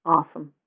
Awesome